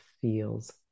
feels